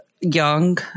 young